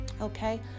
okay